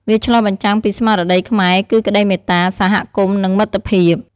វាឆ្លុះបញ្ចាំងពីស្មារតីខ្មែរគឺក្តីមេត្តា សហគមន៍ និងមិត្តភាព។